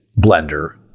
blender